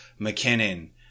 McKinnon